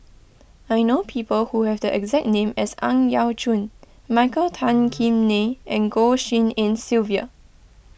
I know people who have the exact name as Ang Yau Choon Michael Tan Kim Nei and Goh Tshin En Sylvia